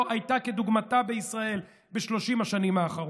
הייתה כדוגמתה בישראל ב-30 השנים האחרונות.